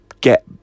get